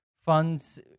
funds